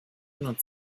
not